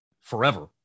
forever